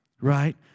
right